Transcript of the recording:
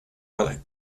wat